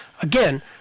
again –